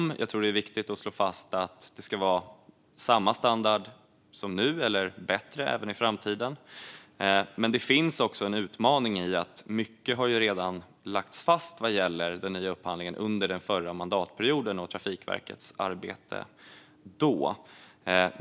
Jag tror att det är viktigt att slå fast att det ska vara samma standard som nu, eller bättre, även i framtiden. Men det finns också en utmaning i att mycket vad gäller den nya upphandlingen redan har lagts fast under den förra mandatperioden och Trafikverkets arbete då.